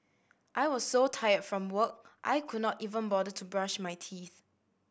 I was so tired from work I could not even bother to brush my teeth